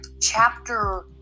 chapter